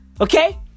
Okay